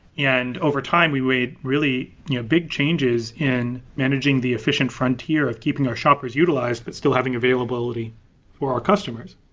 yeah and overtime, we weighed really big changes in managing the efficient frontier of keeping our shoppers utilized but still having availability for our customers.